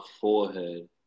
forehead